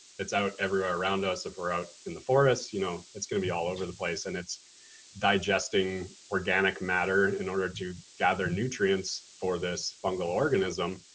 it's out everywhere around us. if we're out in the forest you know it's gonna be all over the place, and it's digesting organic matter in order to gather nutrients for this fungal organism.